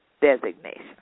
designation